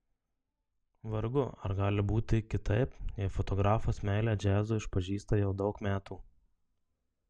vargu ar gali būti kitaip jei fotografas meilę džiazui išpažįsta jau daug metų